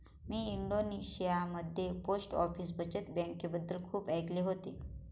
मी इंडोनेशियामध्ये post office बचत बँकेबद्दल खूप ऐकले होते